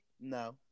No